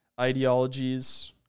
ideologies